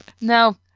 No